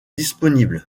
disponible